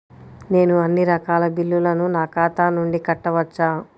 నేను అన్నీ రకాల బిల్లులను నా ఖాతా నుండి కట్టవచ్చా?